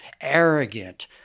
arrogant